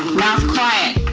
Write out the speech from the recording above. mouth quiet!